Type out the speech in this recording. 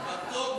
אתה מתוק,